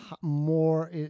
more